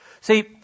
See